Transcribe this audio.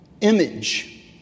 image